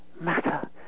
matter